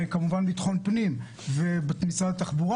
וכמובן ביטחון הפנים ומשרד התחבורה